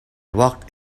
walked